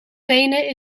venen